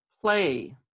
play